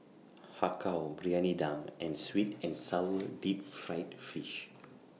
Har Kow Briyani Dum and Sweet and Sour Deep Fried Fish